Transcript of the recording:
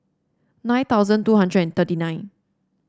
nine thousand two hundred and thirty nine